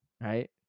right